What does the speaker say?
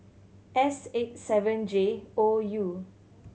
S eight seven J O U